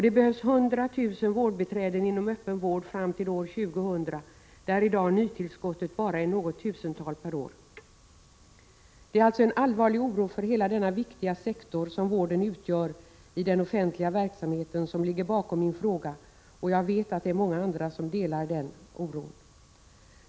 Det behövs 100 000 vårdbiträden fram till år 2000 inom öppen vård, där nytillskottet i dag bara är något tusental per år. Det är en allvarlig oro för hela den viktiga sektor som vården utgör inom den offentliga verksamheten vilken ligger bakom min fråga. Jag vet att många andra delar denna oro.